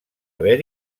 haver